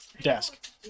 desk